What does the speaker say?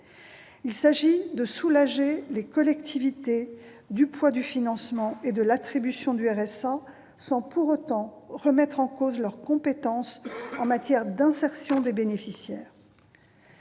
Il s'agit de soulager ces collectivités du poids du financement et de l'attribution du RSA, sans pour autant remettre en cause leurs compétences pour ce qui concerne l'insertion des bénéficiaires.